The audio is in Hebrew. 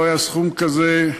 לא היה סכום כזה,